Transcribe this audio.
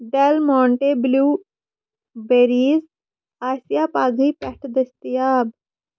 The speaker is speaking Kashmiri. ڈٮ۪ل مانٹے بِلیوٗ بیٚریٖز آسیٛا پگاہٕے پٮ۪ٹھٕ دٔستِیاب